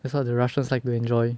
that's what the russians like to enjoy